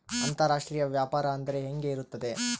ಅಂತರಾಷ್ಟ್ರೇಯ ವ್ಯಾಪಾರ ಅಂದರೆ ಹೆಂಗೆ ಇರುತ್ತದೆ?